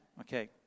okay